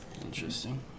interesting